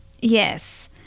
Yes